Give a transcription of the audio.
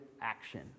action